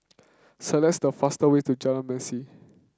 select the faster way to Jalan Mesin